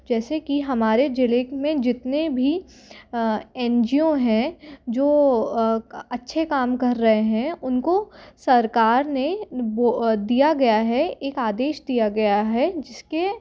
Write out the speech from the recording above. जैसे कि हमारे ज़िले में जितने भी एन जी ओ हैं जो अच्छे काम कर रहे हैं उनको सरकार ने दिया गया है एक आदेश दिया गया है जिस के